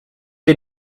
est